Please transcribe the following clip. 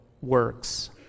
works